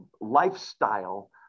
lifestyle